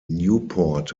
newport